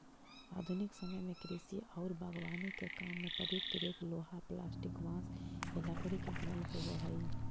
आधुनिक समय में कृषि औउर बागवानी के काम में प्रयुक्त रेक लोहा, प्लास्टिक, बाँस या लकड़ी के बनल होबऽ हई